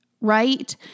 right